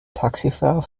taxifahrer